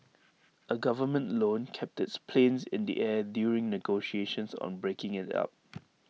A government loan kept its planes in the air during negotiations on breaking IT up